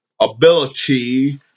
ability